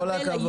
כל הכבוד.